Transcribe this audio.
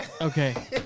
Okay